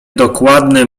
dokładne